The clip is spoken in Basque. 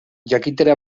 jakitera